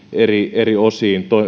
eri eri osiin